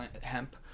hemp